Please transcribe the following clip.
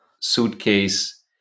suitcase